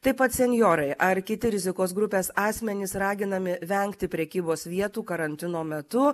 taip pat senjorai ar kiti rizikos grupės asmenys raginami vengti prekybos vietų karantino metu